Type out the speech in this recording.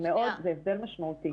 זה הבדל משמעותי.